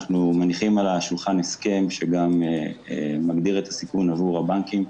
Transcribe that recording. אנחנו מניחים על השולחן הסכם שגם מגדיר את הסיכון עבור הבנקים.